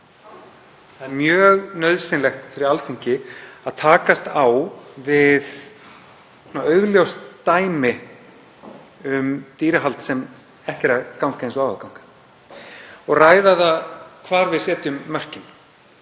Það er mjög nauðsynlegt fyrir Alþingi að takast á við augljóst dæmi um dýrahald sem gengur ekki eins og það á að ganga, og ræða það hvar við setjum mörkin.